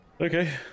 Okay